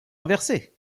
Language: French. renversé